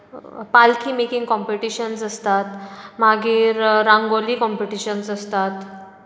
पालकी making competition आसतात मागीर रांगोळी कॉम्पिटीशन आसतात